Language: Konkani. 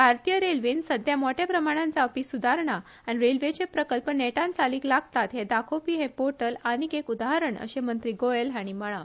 भारतीय रेल्वेत सध्या मोठ्या प्रमाणात जावपी सुदारणा आनी रेल्वेचे प्रकल्प नेटान चालीक लागतात हे दाखोवपी हे पोर्टल आनीक एक उदाहरण अशे मंत्री गोयल हाणी म्हळां